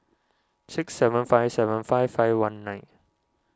six seven five seven five five one nine